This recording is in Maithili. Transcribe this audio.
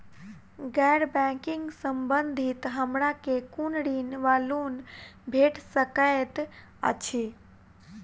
गैर बैंकिंग संबंधित हमरा केँ कुन ऋण वा लोन भेट सकैत अछि?